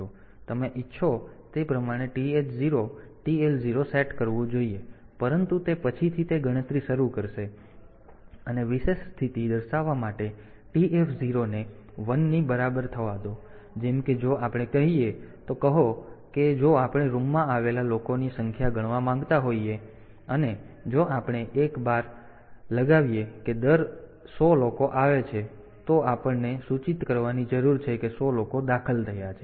તમે ઇચ્છો તે પ્રમાણે TH 0 TL 0 સેટ કરવું જોઈએ પરંતુ તે પછીથી તે ગણતરી શરૂ કરશે અને વિશેષ સ્થિતિ દર્શાવવા માટે TF 0 ને 1 ની બરાબર થવા દો જેમ કે જો આપણે કહીએ તો કહો કે જો આપણે રૂમમાં આવેલા લોકોની સંખ્યા ગણવા માંગતા હોઈએ અને જો આપણે એક બાર લગાવીએ કે દર 100 લોકો આવે છે તો આપણને સૂચિત કરવાની જરૂર છે કે 100 લોકો દાખલ થયા છે